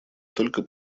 только